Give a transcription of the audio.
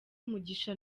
mugisha